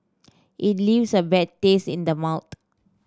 it leaves a bad taste in the mouth